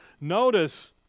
Notice